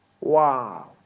Wow